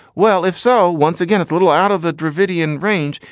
well, if so, once again, it's a little out of the. dravidian range,